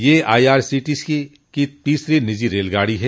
यह I R C T C की तीसरी निजी रेलगाड़ी है